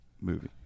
movie